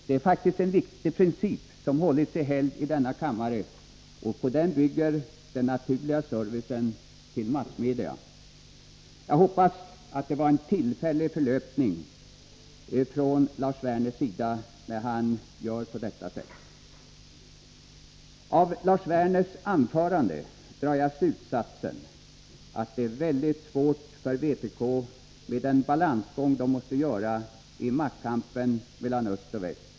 Det är faktiskt en viktig princip som hållits i helgd i denna kammare, och på den bygger den naturliga servicen till massmedia. Jag hoppas att det var en tillfällig förlöpning från Lars Werners sida när han gjorde på detta sätt. Av Lars Werners anförande drar jag slutsatsen att det är mycket svårt för vpk med den balansgång man måste göra i maktkampen mellan öst och väst.